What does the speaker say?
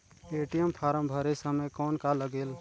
ATM form भरे समय कौन का लगेल?